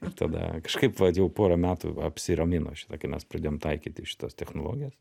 ir tada kažkaip vat jau porą metų apsiramino šita kai mes pradėjom taikyti šitas technologijas